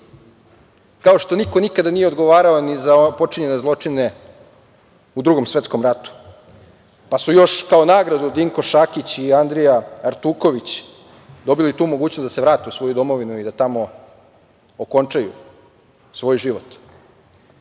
kao što niko nikada nije odgovarao ni za počinjene zločine u Drugom svetskom ratu, pa su još kao nagradu Dinko Šakić i Andrija Artuković dobili tu mogućnost da se vrate u svoju domovinu i da tamo okončaju svoj